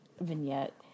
vignette